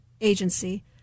agency